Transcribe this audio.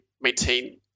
maintain